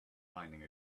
finding